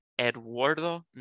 Eduardo